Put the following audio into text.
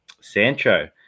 Sancho